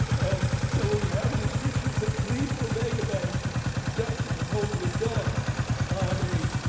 and so what we have in this picture is a gleeful mega bank executive holding a gun on a